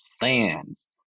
fans